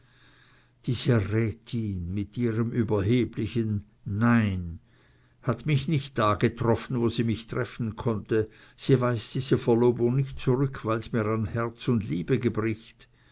diese rätin mit ihrem überheblichen nein hat mich nicht da getroffen wo sie mich treffen konnte sie weist diese verlobung nicht zurück weil mir's an herz und liebe